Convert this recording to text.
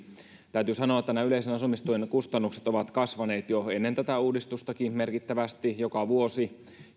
täytyy sanoa että nämä yleisen asumistuen kustannukset ovat kasvaneet jo ennen tätä uudistustakin merkittävästi joka vuosi